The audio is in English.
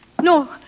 no